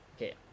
Okay